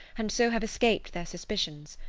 and so have escaped their suspicions.